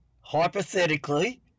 hypothetically